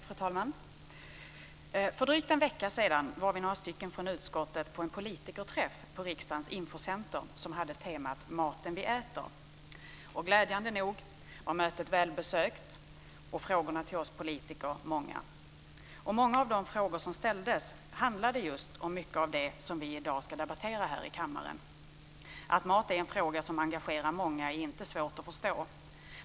Fru talman! För drygt en vecka sedan var vi, några stycken från utskottet, på en politikerträff på riksdagens infocenter som hade temat Maten vi äter. Glädjande nog var mötet välbesökt och frågorna till oss politiker många. Många av de frågor som ställdes handlade just om mycket av det som vi i dag ska debattera här i kammaren. Att mat är en fråga som engagerar många är inte svårt att förstå.